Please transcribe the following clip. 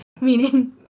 Meaning